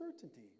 certainty